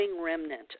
remnant